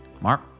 Mark